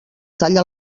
talla